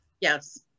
Yes